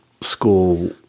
school